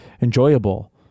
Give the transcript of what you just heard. enjoyable